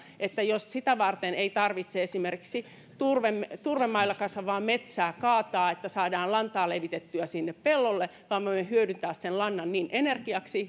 että jos sitä varten ei tarvitse esimerkiksi turvemailla turvemailla kasvavaa metsää kaataa että saadaan lantaa levitettyä sinne pellolle vaan me voimme hyödyntää sen lannan energiaksi